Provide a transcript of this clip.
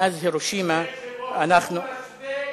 מאז הירושימה אנחנו יודעים מה עומד על המאזניים.